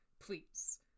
Please